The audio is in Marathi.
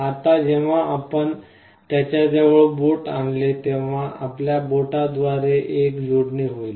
आता जेव्हा आपण त्याच्या जवळ बोट आणले तेव्हा आपल्या बोटाद्वारे एक जोडणी होईल